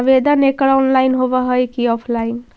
आवेदन एकड़ ऑनलाइन होव हइ की ऑफलाइन?